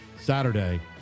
Saturday